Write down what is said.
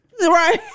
Right